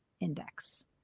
index